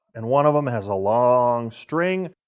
and one of them has a long string,